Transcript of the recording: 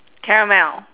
caramel